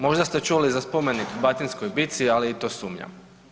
Možda ste čuli za spomenik o „Batinskoj bitci“, ali i to sumnjam.